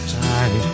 time